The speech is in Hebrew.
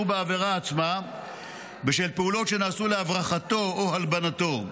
בעבירה עצמה בשל פעולות שנעשו להברחתו או הלבנתו,